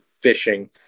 fishing